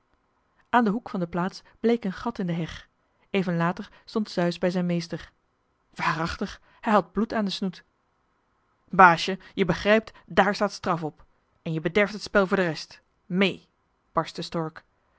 aan den hoek van de plaats bleek een gat in de heg even later stond zeus bij zijn meester waarachtig hij had bloed aan den snoet baasje jij begrijpt daar staat straf op en je bederft het spel voor de rest méé barschte stork